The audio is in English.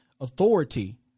authority